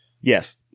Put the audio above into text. yes